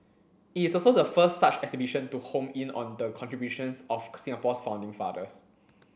it's also the first such exhibition to home in on the contributions of Singapore's founding fathers